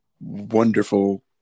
wonderful